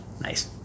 Nice